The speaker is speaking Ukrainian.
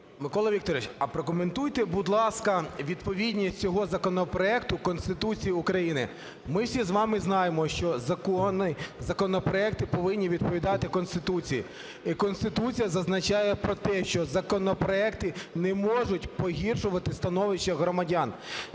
Микола Вікторович, а прокоментуйте, будь ласка, відповідність цього законопроекту Конституції України. Ми всі з вами знаємо, що закони, законопроекти повинні відповідати Конституції. Конституція зазначає про те, що законопроекти не можуть погіршувати становище громадян.